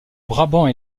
brabant